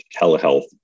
telehealth